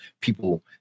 people